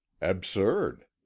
Absurd